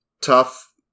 tough